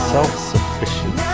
Self-sufficient